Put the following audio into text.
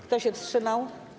Kto się wstrzymał?